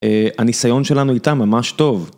הניסיון שלנו איתה ממש טוב.